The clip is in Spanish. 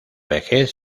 vejez